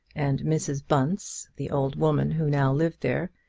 and mrs. bunce, the old woman who now lived there,